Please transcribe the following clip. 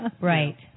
Right